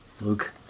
Luke